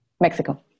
Mexico